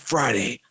Friday